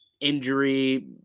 Injury